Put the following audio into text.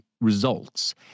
results